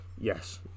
Yes